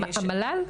המל"ל?